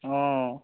অঁ